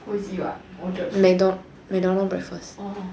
oh it's you ah you ordered